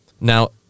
Now